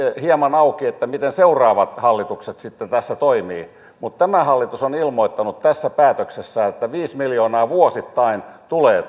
hieman auki miten seuraavat hallitukset sitten tässä toimivat mutta tämä hallitus on on ilmoittanut tässä päätöksessään että viisi miljoonaa vuosittain tulee